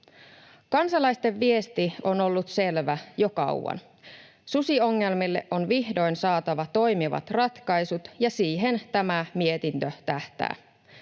Kansalaisten viesti on ollut selvä jo kauan. Susiongelmille on vihdoin saatava toimivat ratkaisut, ja siihen tämä mietintö tähtää.